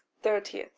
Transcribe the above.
thirty.